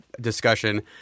discussion